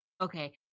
Okay